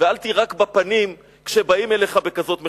ואל תירק בפנים כשבאים אליך בכזאת מחווה.